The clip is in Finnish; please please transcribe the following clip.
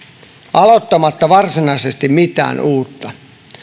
aloittamatta varsinaisesti mitään uutta